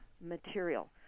material